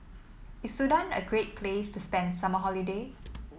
is Sudan a great place to spend summer holiday